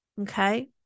Okay